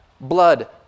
blood